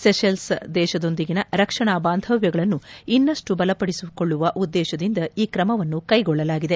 Seychelles ದೇಶದೊಂದಿಗಿನ ರಕ್ಷಣಾ ಬಾಂಧವ್ಯಗಳನ್ನು ಇನ್ನಷ್ಟು ಬಲಪಡಿಸಿಕೊಳ್ಳುವ ಉದ್ದೇಶದಿಂದ ಈ ಕ್ರಮವನ್ನು ಕ್ಯೆಗೊಳ್ಳಲಾಗಿದೆ